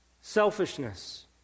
selfishness